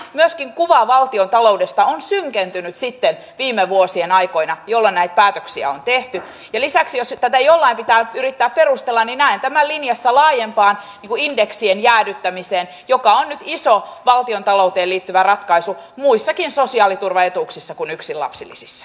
myöskin kuva valtiontaloudesta on synkentynyt sitten viime vuosien aikoina jolloin näitä päätöksiä on tehty ja lisäksi jos tätä jollain pitää yrittää perustella niin näen tämän linjassa laajempaan indeksien jäädyttämiseen joka on nyt iso valtiontalouteen liittyvä ratkaisu muissakin sosiaaliturvaetuuksissa kuin yksin lapsilisissä